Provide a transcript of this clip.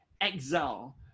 exile